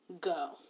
go